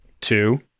Two